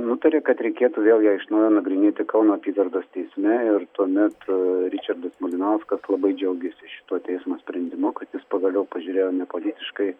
nutarė kad reikėtų vėl ją iš naujo nagrinėti kauno apygardos teisme ir tuo met ričardas malinauskas labai džiaugėsi šituo teismo sprendimu jis pagaliau pažiūrėjo nepolitiškai